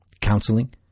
counseling